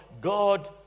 God